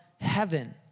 heaven